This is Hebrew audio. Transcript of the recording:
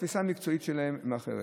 התפיסה המקצועית שלהם היא אחרת.